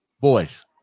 Boys